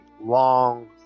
long